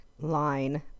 line